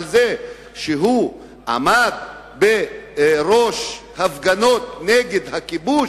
על זה שהוא עמד בראש הפגנות נגד הכיבוש,